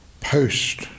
post